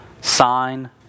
sign